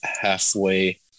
Halfway